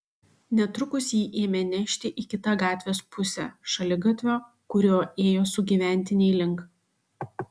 netrukus jį ėmė nešti į kitą gatvės pusę šaligatvio kuriuo ėjo sugyventiniai link